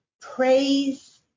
praise